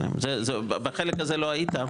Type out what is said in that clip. בחלק הזה לא היית,